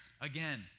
again